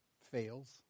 fails